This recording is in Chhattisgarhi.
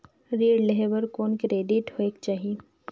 ऋण लेहे बर कौन क्रेडिट होयक चाही?